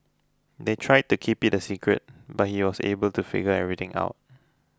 they tried to keep it a secret but he was able to figure everything out